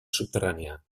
subterrània